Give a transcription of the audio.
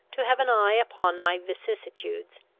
to have an eye upon my vicissitudes,